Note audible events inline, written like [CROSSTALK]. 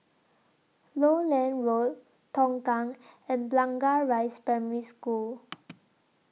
Lowland Road Tongkang and Blangah Rise Primary School [NOISE]